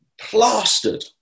plastered